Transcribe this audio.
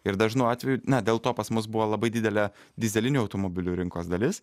ir dažnu atveju na dėl to pas mus buvo labai didelė dyzelinių automobilių rinkos dalis